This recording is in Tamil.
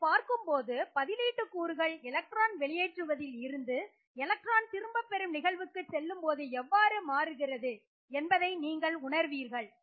இதனைப் பார்க்கும்போது பதிலீட்டு கூறுகள் எலக்ட்ரான் வெளியேற்றுவதில் இருந்து எலக்ட்ரான் திரும்பப்பெறும் நிகழ்வுக்கு செல்லும்போது எவ்வாறு மாறுகிறது என்பதை நீங்கள் உணர்வீர்கள்